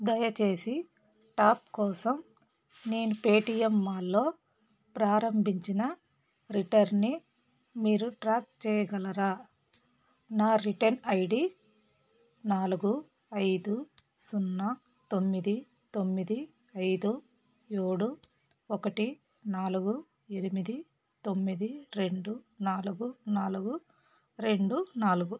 దయచేసి టాప్ కోసం నేను పేటీఎం మాల్లో ప్రారంభించిన రిటర్న్ని మీరు ట్రాప్ చేయగలరా నా రిటర్న్ ఐడి నాలుగు ఐదు సున్నా తొమ్మిది తొమ్మిది ఐదు ఏడు ఒక్కటి నాలుగు ఎనిమిది తొమ్మిది రెండు నాలుగు నాలుగు రెండు నాలుగు